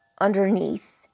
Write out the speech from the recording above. underneath